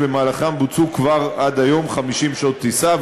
שבמהלכם בוצעו כבר עד היום 50 שעות טיסה,